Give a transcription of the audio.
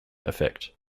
effect